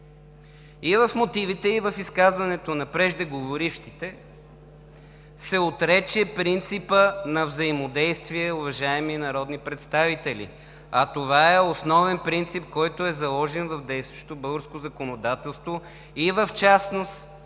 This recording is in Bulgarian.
И в мотивите, и в изказването на преждеговорившите се отрече принципът на взаимодействие, уважаеми народни представители, а това е основен принцип, който е заложен в действащото българско законодателство, и в частност